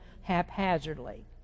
haphazardly